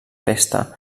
pesta